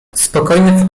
spokojny